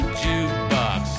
jukebox